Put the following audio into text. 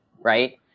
Right